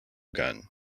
gun